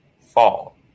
fall